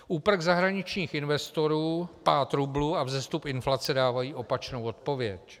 Úprk zahraničních investorů, pád rublu a vzestup inflace dávají opačnou odpověď.